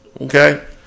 okay